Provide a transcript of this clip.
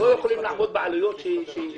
אנחנו לא יכולים לעמוד בעלויות שיעשו.